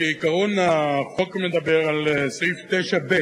שניים נגד, אין נמנעים.